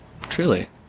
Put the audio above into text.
Truly